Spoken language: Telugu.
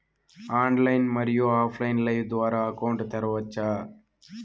ఆన్లైన్, మరియు ఆఫ్ లైను లైన్ ద్వారా అకౌంట్ తెరవచ్చా?